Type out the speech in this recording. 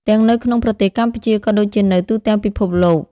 ទាំងនៅក្នុងប្រទេសកម្ពុជាក៏ដូចជានៅទូទាំងពិភពលោក។